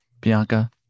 Bianca